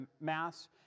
mass